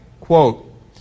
Quote